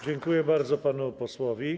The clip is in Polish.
Dziękuję bardzo panu posłowi.